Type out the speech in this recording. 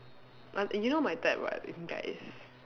uh you know my type [what] in guys